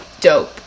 dope